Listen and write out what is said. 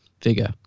figure